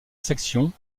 sections